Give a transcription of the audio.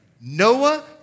Noah